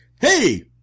Hey